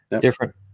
different